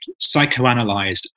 psychoanalyzed